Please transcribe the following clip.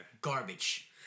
Garbage